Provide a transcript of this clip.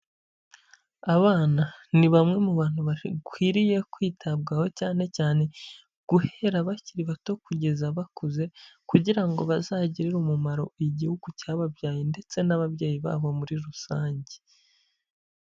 Abana ni bamwe mu bantu bakwiriye kwitabwaho cyane cyane guhera bakiri bato kugeza bakuze kugira ngo bazagirire umumaro igihugu cyababyaye ndetse n'ababyeyi babo muri rusange.